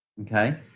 Okay